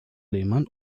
lehmann